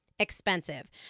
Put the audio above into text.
expensive